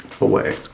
away